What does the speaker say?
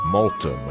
Malta